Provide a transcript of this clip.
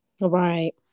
Right